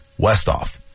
Westoff